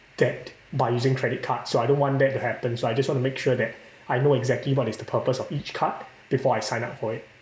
debt by using credit cards so I don't want that to happen so I just wanna make sure that I know exactly what is the purpose of each card before I sign up for it